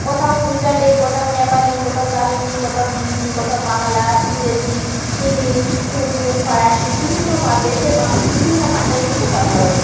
কোথাও গুজরাটি কোথাও নেপালি কোথাও তামিল কোথাও হিন্দি কোথাও বাংলা ইংরেজি ইংলিশ উর্দু ফরাসি বিভিন্ন বা দেশের মানুষ বিভিন্ন ভাষায় কিন্তু কথা বলে